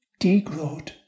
Degrowth